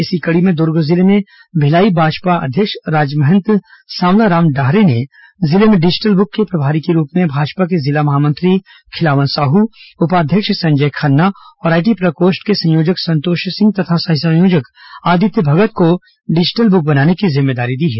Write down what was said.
इसी कड़ी में दुर्ग जिले में भिलाई भाजपा अध्यक्ष राजमहंत सांवलाराम डाहरे ने जिले में डिजिलट बुक के प्रभारी के रुप में भाजपा के जिला महामंत्री खिलावन साहू उपाध्यक्ष संजय खन्ना और आईटी प्रकोष्ठ के संयोजक संतोष सिंह तथा सह संयोजक आदित्य भगत को डिजिटल बुक बनाने की जिम्मेदारी दी है